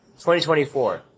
2024